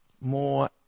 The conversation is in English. more